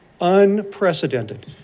unprecedented